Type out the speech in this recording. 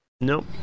nope